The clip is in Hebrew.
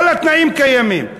כל התנאים קיימים.